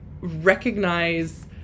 recognize